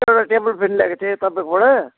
एउटा टेबलफेन ल्याएको थिएँ तपाईँकोबाट